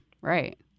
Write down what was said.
right